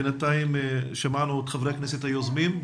בינתיים שמענו את חברי הכנסת היוזמים,